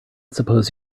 suppose